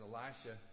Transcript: Elisha